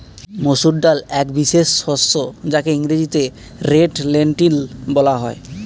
মুসুর ডাল একটি বিশেষ শস্য যাকে ইংরেজিতে রেড লেন্টিল বলা হয়